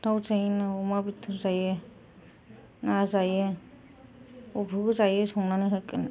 दाउ जायो ना अमा बेदर जायो ना जायो अबेखौ जायो संनानै होगोन